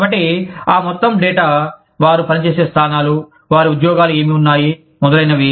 కాబట్టి ఆ మొత్తం డేటా వారు పని చేసిన స్థానాలు వారి ఉద్యోగాలు ఏమి ఉన్నాయి మొదలైనవి